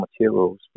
materials